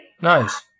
Nice